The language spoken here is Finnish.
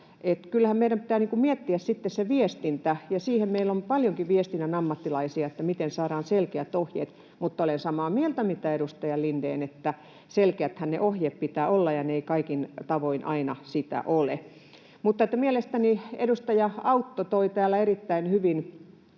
meidän pitää sitten miettiä se viestintä, ja meillä on paljonkin viestinnän ammattilaisia siinä, miten saadaan selkeät ohjeet. Mutta olen samaa mieltä kuin edustaja Lindén, että selkeäthän niiden ohjeiden pitää olla, ja ne eivät kaikin tavoin aina sitä ole. Mielestäni edustaja Autto toi täällä erittäin hyvin